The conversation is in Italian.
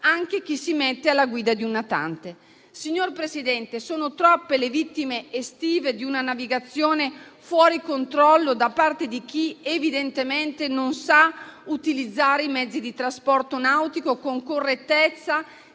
anche chi si mette alla guida di un natante. Signor Presidente, sono troppe le vittime estive di una navigazione fuori controllo da parte di chi evidentemente non sa utilizzare i mezzi di trasporto nautico con correttezza,